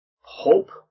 hope